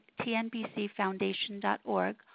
tnbcfoundation.org